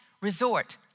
resort